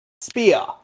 Spear